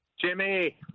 Jimmy